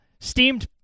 steamed